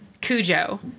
Cujo